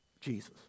Jesus